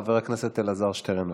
חבר הכנסת אלעזר שטרן,